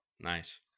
Nice